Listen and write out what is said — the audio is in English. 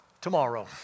tomorrow